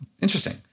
interesting